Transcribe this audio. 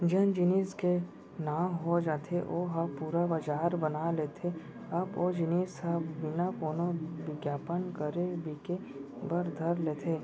जेन जेनिस के नांव हो जाथे ओ ह पुरा बजार बना लेथे तब ओ जिनिस ह बिना कोनो बिग्यापन करे बिके बर धर लेथे